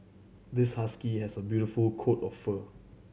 this husky has a beautiful coat of fur